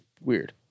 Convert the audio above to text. weird